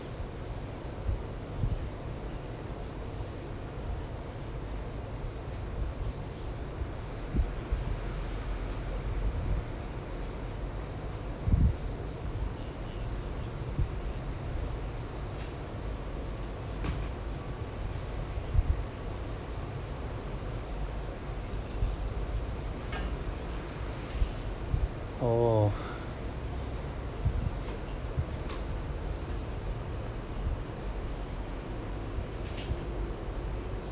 oh